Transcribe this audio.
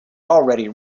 already